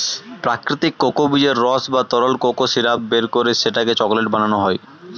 প্রাকৃতিক কোকো বীজের রস বা তরল কোকো সিরাপ বের করে সেটাকে চকলেট বানানো হয়